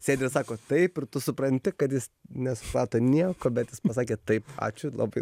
sėdii sako taip ir tu supranti kad jis nesuprato nieko bet jis pasakė taip ačiū labai